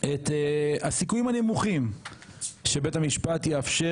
את הסיכויים הנמוכים שבית המשפט יאפשר